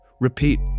Repeat